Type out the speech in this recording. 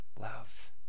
Love